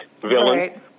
villain